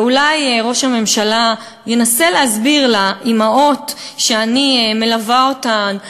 ואולי ראש הממשלה ינסה להסביר לאימהות שאני מלווה אותן,